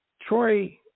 Troy